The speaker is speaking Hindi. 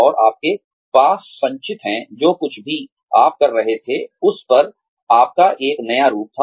और आपके पास संचित है जो कुछ भी आप कर रहे थे उस पर आपका एक नया रूप था